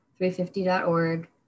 350.org